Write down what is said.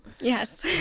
yes